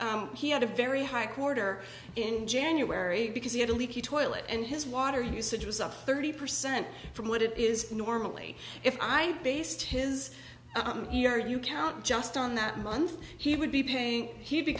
he had a very high quarter in january because he had a leaky toilet and his water usage was up thirty percent from what it is normally if i based his ear you count just on that month he would be paying he